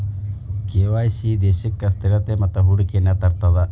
KYC ದೇಶಕ್ಕ ಸ್ಥಿರತೆ ಮತ್ತ ಹೂಡಿಕೆಯನ್ನ ತರ್ತದ